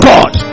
God